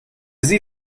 sie